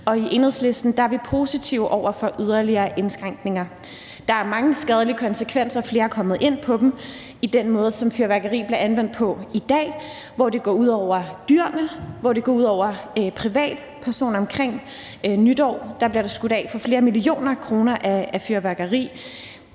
og i Enhedslisten er vi positive over for yderligere indskrænkninger. Der er mange skadelige konsekvenser – flere er kommet ind på dem – af den måde, som fyrværkeri bliver anvendt på i dag. Det går ud over dyrene, det går ud over privatpersoner, og omkring nytår bliver der skudt fyrværkeri af for flere millioner kroner. Det er